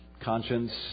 conscience